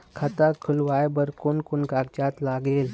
खाता खुलवाय बर कोन कोन कागजात लागेल?